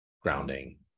grounding